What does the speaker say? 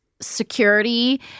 security